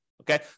Okay